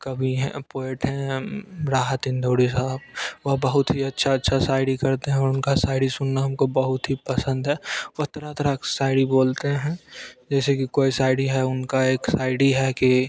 कवि हैं पोएट हैं राहत इंदौरी साहब वह बहुत ही अच्छा अच्छा शायरी करते हैं और उनका शायरी सुनना हमको बहुत ही पसंद है वह तरह तरहक शायरी बोलते हैं जैसे कि कोई शायरी है उनका एक शायरी है कि